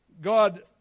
God